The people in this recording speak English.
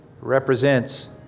Represents